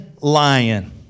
lion